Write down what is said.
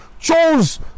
chose